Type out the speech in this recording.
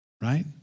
Right